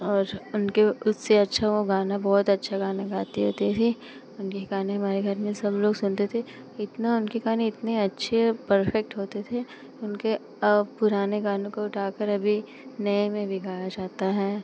और उनके उससे अच्छा वे गाना बहुत अच्छा गाना गाती होती थी उनके गाने हमारे घर में सब लोग सुनते थे इतना उनके गाने इतने अच्छे औ परफ़ेक्ट होते थे उनके पुराने गानों को उठाकर अभी नए में भी गाया जाता है